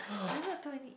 I never told any